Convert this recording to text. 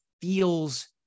feels